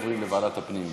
התשע"ז 2017,